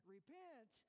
Repent